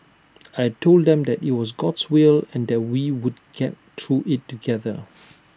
I Told them that IT was God's will and that we would get through IT together